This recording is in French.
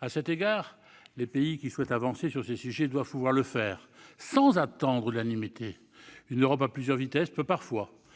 À cet égard, les pays qui souhaitent progresser sur ces sujets doivent pouvoir le faire sans qu'il soit nécessaire d'attendre l'unanimité. Une Europe à plusieurs vitesses peut parfois